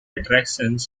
attractions